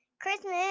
Christmas